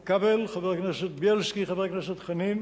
חבר הכנסת כבל, חבר הכנסת בילסקי וחבר הכנסת חנין,